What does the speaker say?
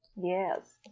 yes